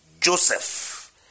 Joseph